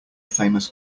famous